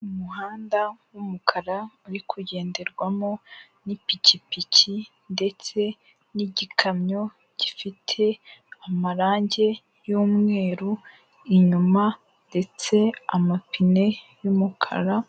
Umuhanda w'umukara uri kugenderwamo n'ipikipiki ndetse n'igikamyo, gifite amarangi y'umweru inyuma ndetse amapine y'umukara.